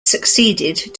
succeeded